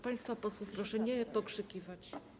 Państwa posłów proszę, żeby nie pokrzykiwać.